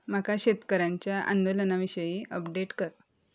म्हाका शेतकऱ्यांच्या आंदोलना विशयीं अपडेट कर